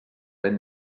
ben